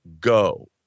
go